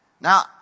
Now